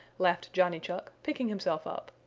laughed johnny chuck, picking himself up.